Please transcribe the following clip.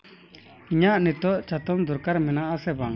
ᱤᱧᱟᱹᱜ ᱱᱤᱛᱚᱜ ᱪᱟᱛᱚᱢ ᱫᱚᱨᱠᱟᱨ ᱢᱮᱱᱟᱜ ᱟᱥᱮ ᱵᱟᱝ